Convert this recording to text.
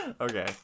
Okay